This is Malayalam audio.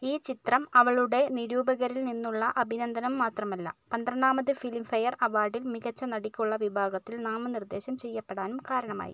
ഈ ചിത്രം അവളുടെ നിരൂപകരിൽ നിന്നുള്ള അഭിനന്ദനം മാത്രമല്ല പന്ത്രണ്ടാമത് ഫിലിം ഫെയർ അവാർഡിൽ മികച്ചനടിക്കുള്ള വിഭാഗത്തിൽ നാമനിർദ്ദേശം ചെയ്യപ്പെടാനും കാരണമായി